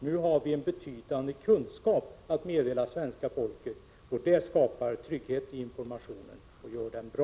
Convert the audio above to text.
Nu har vi en betydande kunskap att meddela svenska folket, och det skapar trygghet i informationen och gör den bra.